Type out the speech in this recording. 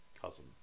cousin